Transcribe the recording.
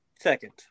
Second